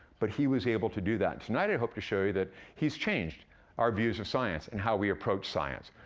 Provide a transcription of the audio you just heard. but he was able to do that. and tonight, i hope to show you that he's changed our views of science and how we approach science.